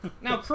Now